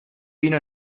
vino